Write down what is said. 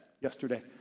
yesterday